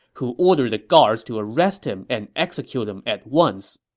who ordered the guards to arrest him and execute him at once.